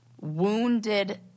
wounded